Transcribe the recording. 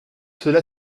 cela